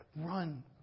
run